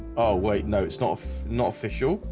oh wait. no, it's not not official.